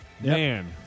Man